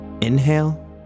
Inhale